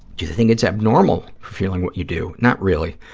do you think it's abnormal, feeling what you do? not really.